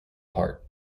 part